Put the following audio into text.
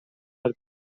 بود